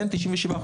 מדינה כמו רומניה,